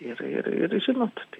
ir ir ir žinot